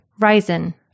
Ryzen